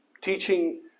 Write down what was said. teaching